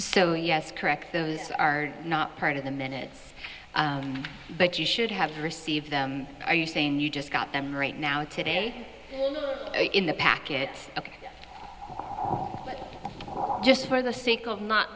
so yes correct those are not part of the minutes but you should have received them are you saying you just got them right now today in the packet ok but just for the sake of not